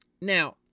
now